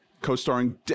co-starring